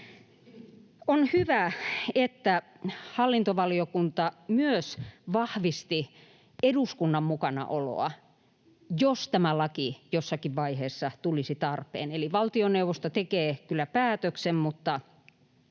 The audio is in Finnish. On hyvä, että hallintovaliokunta myös vahvisti eduskunnan mukanaoloa, jos tämä laki jossakin vaiheessa olisi tarpeen: Eli valtioneuvosto tekee kyllä päätöksen, mutta